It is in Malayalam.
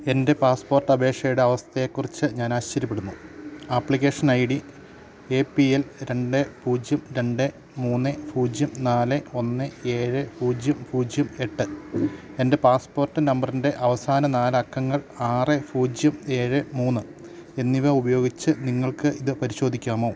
എൻ്റെ പാസ്പോർട്ട് അപേക്ഷയുടെ അവസ്ഥയെക്കുറിച്ച് ഞാൻ ആശ്ചര്യപ്പെടുന്നു application I D A P L രണ്ട് പൂജ്യം രണ്ട് മൂന്ന് പൂജ്യം നാല് ഒന്ന് ഏഴ് പൂജ്യം പൂജ്യം എട്ട് എൻ്റെ പാസ്പോർട്ട് നമ്പറിൻ്റെ അവസാന നാലക്കങ്ങൾ ആറ് പൂജ്യം ഏഴ് മൂന്ന് എന്നിവ ഉപയോഗിച്ച് നിങ്ങൾക്ക് ഇത് പരിശോധിക്കാമോ